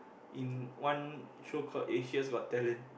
in one show called Asia Got Talent